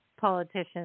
politicians